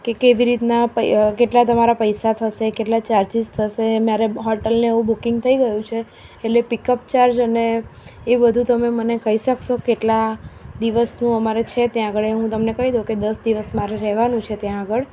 કે કેવી રીતના પૈસા કેટલા તમારા પૈસા થશે કેટલા ચાર્જિસ થશે મારે હોટલને એવું બુકિંગ થઈ ગયું છે એટલે પિક અપ ચાર્જ અને એ બધું મને તમે કહી શકશો કેટલા દિવસનું અમારે છે ત્યાં આગળ એનું હું તમને કહી દઉં કે દસ દિવસ મારે રહેવાનું છે ત્યાં આગળ